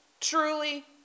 truly